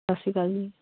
ਸਤਿ ਸ਼੍ਰੀ ਅਕਾਲ ਜੀ